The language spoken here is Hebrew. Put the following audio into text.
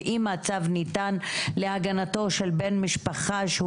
ואם הצו ניתן להגנתו של בן משפחה שהוא